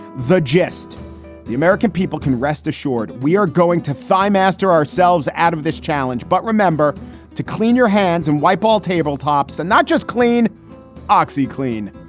the gist the american people can rest assured we are going to thigh master ourselves out of this challenge. but remember to clean your hands and wipe all table tops and not just clean oxy clean.